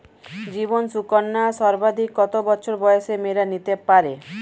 জীবন সুকন্যা সর্বাধিক কত বছর বয়সের মেয়েরা নিতে পারে?